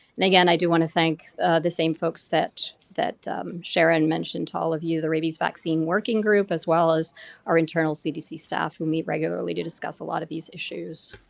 and again, i do want to thank the same folks that that sharon mentioned to all of you, the rabies vaccine working group as well as our internal cdc staff we meet regularly to discuss a lot of these issues.